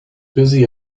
busy